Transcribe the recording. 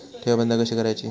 ठेव बंद कशी करायची?